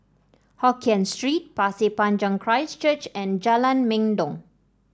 Hokien Street Pasir Panjang Christ Church and Jalan Mendong